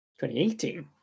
2018